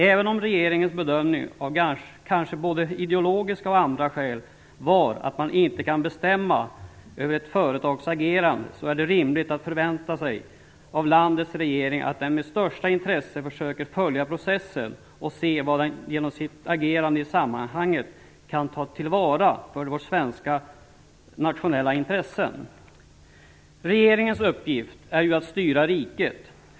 Även om regeringens bedömning av kanske både ideologiska och andra skäl var att man inte kan bestämma över ett företags agerande, är det ändå rimligt att förvänta sig av landets regering att den med största intresse försöker följa processen och se vad den genom sitt agerande i sammanhanget kan ta till vara för våra svenska nationella intressen. Regeringens uppgift är ju att styra riket.